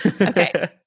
Okay